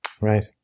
Right